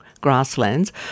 grasslands